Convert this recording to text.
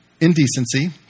indecency